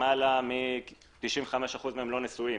למעלה מ-95% מהם לא נשואים.